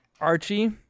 Archie